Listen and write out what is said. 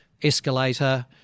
Escalator